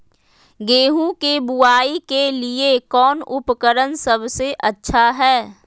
गेहूं के बुआई के लिए कौन उपकरण सबसे अच्छा है?